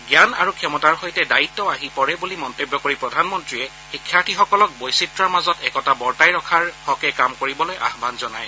জান আৰু ক্ষমতাৰ সৈতে দায়িত্বও আহি পৰে বুলি মন্তব্য কৰি প্ৰধানমন্ত্ৰীয়ে শিক্ষাৰ্থীসকলক বৈচিত্ৰ্যৰ মাজত একতা বৰ্তাই ৰখাৰ হকে কাম কৰিবলৈ আহান জনায়